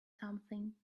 something